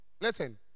Listen